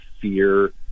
fear